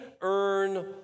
earn